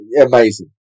amazing